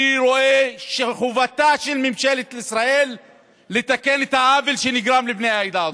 אני רואה שחובתה של ממשלת ישראל לתקן את העוול שנגרם לבני העדה הדרוזית.